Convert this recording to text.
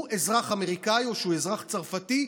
הוא אזרח אמריקני או הוא אזרח צרפתי,